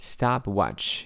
，Stopwatch